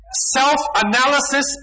self-analysis